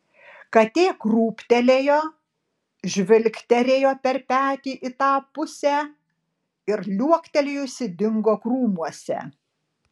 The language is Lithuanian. katė krūptelėjo žvilgterėjo per petį į tą pusę ir liuoktelėjusi dingo krūmuose